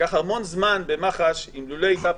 ועוד איך קרן בר מנחם שלא הגיעה